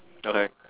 okay